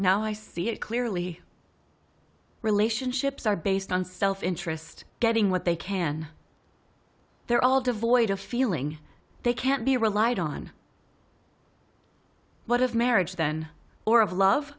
now i see it clearly relationships are based on self interest getting what they can they're all devoid of feeling they can't be relied on what of marriage then or of love